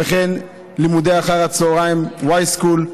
וכן לימודי אחר הצוהריים, yschool,